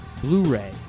Blu-ray